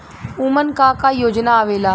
उमन का का योजना आवेला?